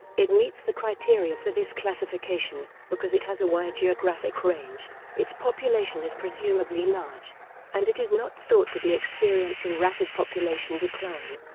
it meets the criteria for this classification, because it has a wide geographic range its population is presumably large and it is not thought to be experiencing rapid population decline.